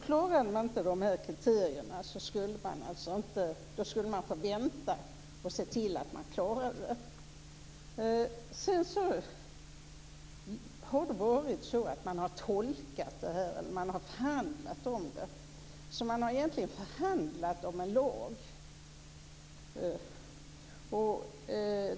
Klarade man inte dessa kriterier skulle man få vänta och se till att man klarade dem. Sedan har man förhandlat om detta, så man har egentligen förhandlat om en lag.